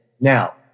Now